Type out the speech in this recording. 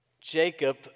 Jacob